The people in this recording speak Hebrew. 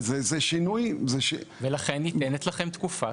זה שינוי --- ולכן, ניתנת לכם תקופת מעבר.